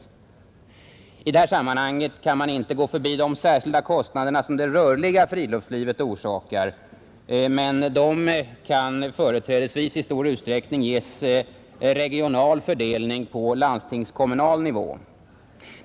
I det här sammanhanget kan man inte gå förbi de särskilda kostnader som det rörliga friluftslivet orsakar, men de kan företrädelsevis och i stor utsträckning ges regional fördelning på landstingskommunal nivå.